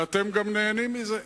ואתם גם נהנים מזה.